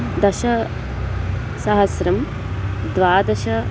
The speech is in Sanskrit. दशसहस्रं द्वादश